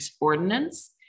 ordinance